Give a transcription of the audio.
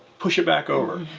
push it back over.